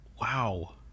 Wow